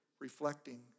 reflecting